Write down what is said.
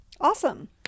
Awesome